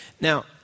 Now